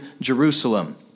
Jerusalem